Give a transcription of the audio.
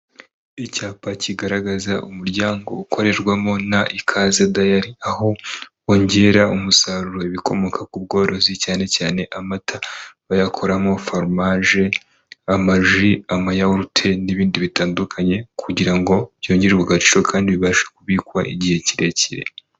Icyapa kigaragaza umuryango ukorerwamo na ikaze dayari aho bongera umusaruro ibikomoka ku bworozi cyane cyane amata, bayakoramo foromaje, amaji, amayawurute n'ibindi bitandukanye kugira ngo byongererwe agaciro kandi bibashe kubikwa igihe kirekire.